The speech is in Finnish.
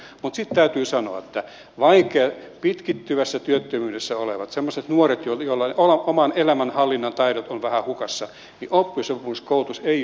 mutta sitten täytyy sanoa että pitkittyvässä työttömyydessä olevilla semmoisilla nuorilla joilla oman elämän hallinnan taidot ovat vähän hukassa oppisopimuskoulutus ei ole se mistä lähdetään